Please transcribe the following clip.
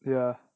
ya